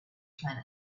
planet